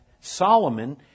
Solomon